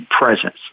presence